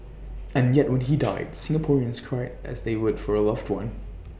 and yet when he died Singaporeans cried as they would for A loved one